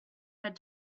had